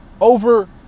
over